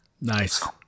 Nice